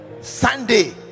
Sunday